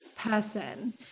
person